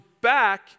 back